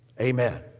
amen